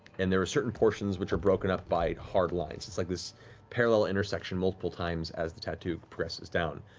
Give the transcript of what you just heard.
and there are certain portions which are broken up by hard lines, it's like this parallel intersection multiple times as the tattoo progresses down.